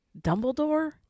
Dumbledore